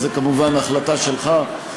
וזו כמובן החלטה שלך,